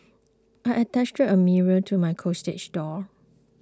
I attached a mirror to my closet door